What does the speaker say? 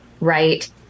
Right